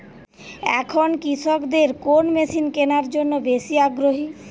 এখন কৃষকদের কোন মেশিন কেনার জন্য বেশি আগ্রহী?